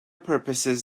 purposes